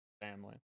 family